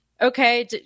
okay